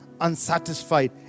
Unsatisfied